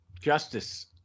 Justice